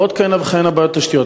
ועד כהנה וכהנה בעיות תשתית.